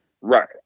Right